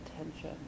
attention